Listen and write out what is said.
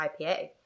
IPA